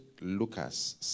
Lucas